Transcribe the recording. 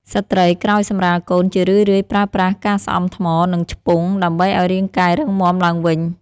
ស្ត្រីក្រោយសម្រាលកូនជារឿយៗប្រើប្រាស់ការស្អំថ្ម និងឆ្ពង់ដើម្បីឱ្យរាងកាយរឹងមាំឡើងវិញ។